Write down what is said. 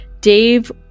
Dave